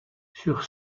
sur